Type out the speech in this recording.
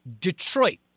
Detroit